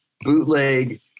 bootleg